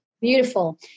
Beautiful